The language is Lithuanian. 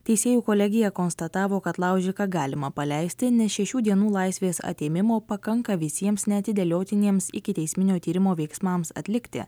teisėjų kolegija konstatavo kad laužiką galima paleisti nes šešių dienų laisvės atėmimo pakanka visiems neatidėliotiniems ikiteisminio tyrimo veiksmams atlikti